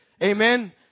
Amen